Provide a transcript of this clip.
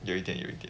有一点有一点